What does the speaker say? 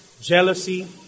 jealousy